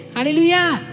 Hallelujah